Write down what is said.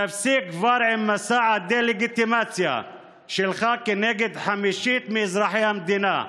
תפסיק כבר עם מסע הדה-לגיטימציה שלך כנגד חמישית מאזרחי המדינה.